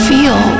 Feel